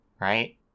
right